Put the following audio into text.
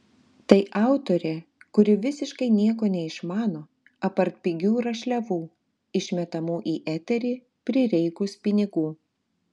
tai autorė kuri visiškai nieko neišmano apart pigių rašliavų išmetamų į eterį prireikus pinigų